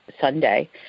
Sunday